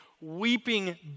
weeping